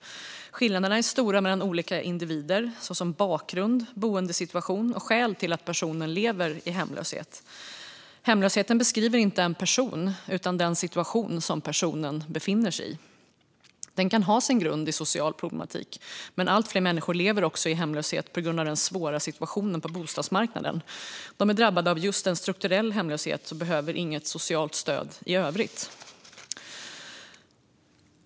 Skillnaderna är stora mellan olika individer, såsom bakgrund, boendesituation och skäl till att man lever i hemlöshet. Hemlösheten beskriver inte en person utan den situation som personen befinner sig i. Den kan ha sin grund i social problematik, men allt fler människor lever också i hemlöshet på grund av den svåra situationen på bostadsmarknaden. De är drabbade av just en strukturell hemlöshet och behöver inget socialt stöd i övrigt.